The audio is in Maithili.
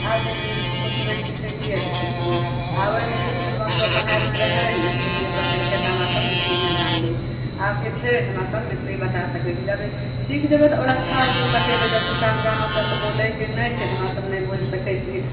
आब कहै छै जे सोचबै सिखैके लिए तऽ सिखबै आबै नै छै इसकुलवला सभकेँ पढ़ाइमे रहै मैथिली नहि बतेलकै तेँ हमरासभ मैथिलीनै जानलिए आब जे छै तऽ हमरासभ मैथिली बतै सकै छी जब सिखि जएबै तऽ आओर अच्छा बतेबै जब हुनका हुनका हमरा सभकेँ बोलैके नहि छै तऽ हमरासभ नहि बोलि सकै छिए